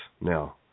now